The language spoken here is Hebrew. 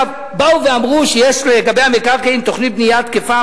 באו ואמרו שיש לגבי המקרקעין תוכנית בנייה תקפה,